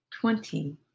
Twenty